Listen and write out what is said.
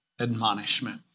admonishment